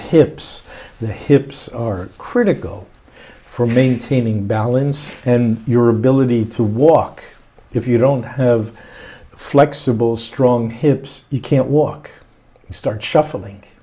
hips the hips are critical for maintaining balance and your ability to walk if you don't have flexible strong hips you can't walk you start shuffling